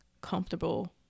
comfortable